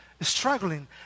struggling